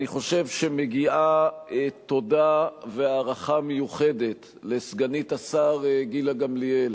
חושב שמגיעה תודה והערכה מיוחדת לסגנית השר גילה גמליאל.